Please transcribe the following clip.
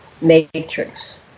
matrix